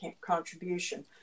contribution